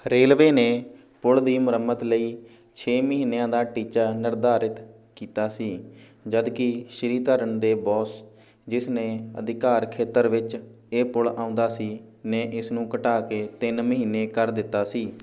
railway ਨੇ ਪੁਲ ਦੀ ਮੁਰੰਮਤ ਲਈ ਛੇ ਮਹੀਨਿਆਂ ਦਾ ਟੀਚਾ ਨਿਰਧਾਰਿਤ ਕੀਤਾ ਸੀ ਜਦਕਿ ਸ਼੍ਰੀਧਰਨ ਦੇ ਬੌਸ ਜਿਸ ਦੇ ਅਧਿਕਾਰ ਖੇਤਰ ਵਿੱਚ ਇਹ ਪੁਲ ਆਉਂਦਾ ਸੀ ਨੇ ਇਸ ਨੂੰ ਘਟਾ ਕੇ ਤਿੰਨ ਮਹੀਨੇ ਕਰ ਦਿੱਤਾ ਸੀ